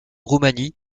roumanie